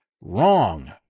wrong